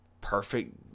perfect